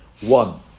one